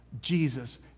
jesus